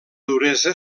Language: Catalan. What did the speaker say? duresa